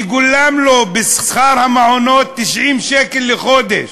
מגולם לו בשכר המעונות 90 שקל לחודש,